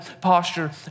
posture